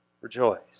rejoice